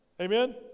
Amen